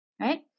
right